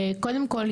קודם כל,